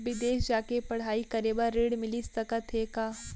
बिदेस जाके पढ़ई करे बर ऋण मिलिस सकत हे का?